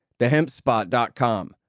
TheHempSpot.com